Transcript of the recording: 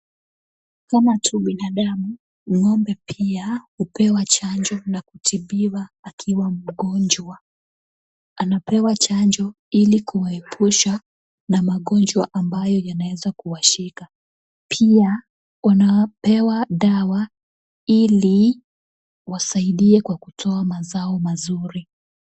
Kama tu binadamu, ng'ombe pia hupewa chanjo na kutibiwa akiwa mgonjwa, anapewa chanjo ili kuwaepusha na magonjwa ambayo yanaweza kuwashika, pia unapewa dawa ili wasaidie kwa kutoa mazao mazuri.